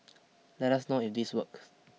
let us know if this works